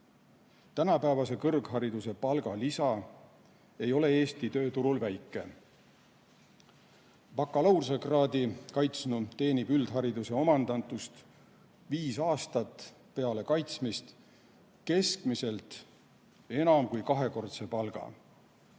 Tänapäevase kõrghariduse palgalisa ei ole Eesti tööturul väike. Bakalaureusekraadi kaitsnu teenib üldhariduse omandanust viis aastat peale kaitsmist keskmiselt enam kui kahekordse palga,